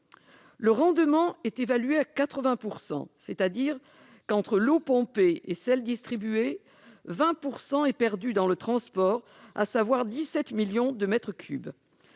Le rendement est évalué à 80 %, c'est-à-dire qu'entre l'eau pompée et celle qui est distribuée, 20 % de l'eau est perdue dans le transport, à savoir 17 millions de mètres cubes.